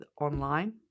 online